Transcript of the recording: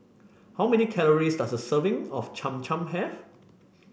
how many calories does a serving of Cham Cham have